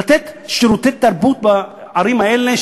לתת שירותי תרבות בערים האלה,